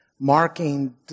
marking